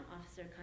Officer